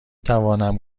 توانم